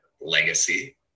legacy